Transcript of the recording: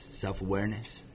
self-awareness